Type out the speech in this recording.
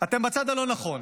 אתם בצד הלא נכון.